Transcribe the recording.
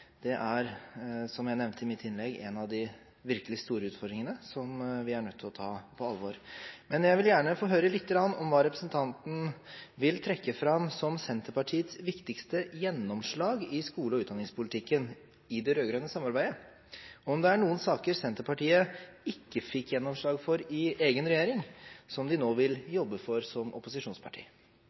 det er, som jeg nevnte i mitt innlegg, en av de virkelig store utfordringene som vi er nødt til å ta på alvor. Men jeg vil gjerne høre litt om hva representanten vil trekke fram som Senterpartiets viktigste gjennomslag i skole- og utdanningspolitikken i det rød-grønne samarbeidet, og om det er noen saker Senterpartiet ikke fikk gjennomslag for i egen regjering som de nå vil jobbe for som opposisjonsparti.